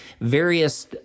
various